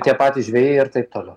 tie patys žvejai ir taip tolia